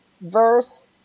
verse